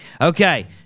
Okay